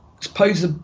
suppose